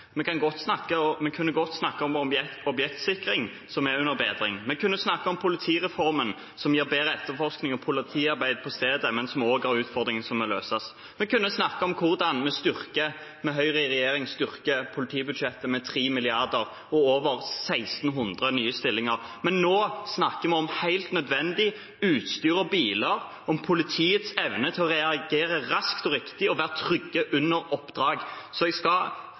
eg kan hugse. Jeg merker meg at representanten ikke har oversikt over de grove kuttene i hans eget partis budsjett. Vi kunne godt ha snakket om objektsikring, som er under bedring. Vi kunne ha snakket om politireformen, som gir bedre etterforskning og politiarbeid på stedet, men som også har utfordringer som må løses. Vi kunne ha snakket om hvordan vi med Høyre i regjering styrker politibudsjettet med 3 mrd. kr og over 1 600 nye stillinger. Men nå snakker vi om helt nødvendig utstyr og biler, om politiets evne til å reagere raskt og riktig